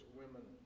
women